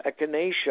echinacea